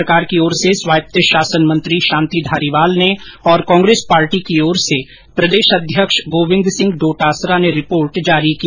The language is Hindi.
सरकार की ओर से स्वायत शासन मंत्री शांति धारीवाल ने और कांग्रेस की ओर से प्रदेशाध्यक्ष गोविन्द सिंह डोटासरा ने रिपोर्ट जारी की